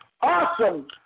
awesome